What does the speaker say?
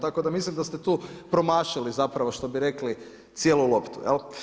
Tako da mislim da ste tu promašili, zapravo, što bi rekli, cijelu loptu.